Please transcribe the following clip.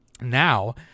Now